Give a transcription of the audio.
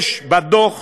יש בדוח